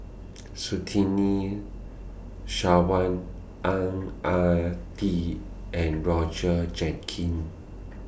Surtini Sarwan Ang Ah Tee and Roger Jenkins